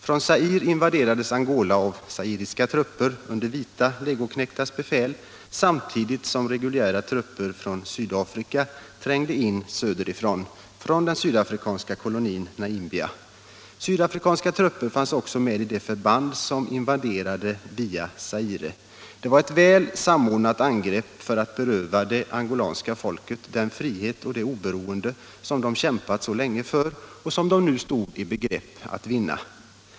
Från Zaire invaderades Angola av zairiska trupper under vita legoknektars befäl samtidigt som reguljära trupper från Sydafrika trängde in söderifrån, från den sydafrikanska kolonin Namibia. Sydafrikanska trupper fanns också med i de förband som invaderade via Zaire. Det var ett väl samordnat angrepp för att beröva det angolanska folket den frihet och det oberoende som det kämpat så länge för och nu stod i begrepp att vinna.